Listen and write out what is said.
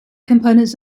components